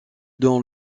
dans